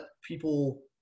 people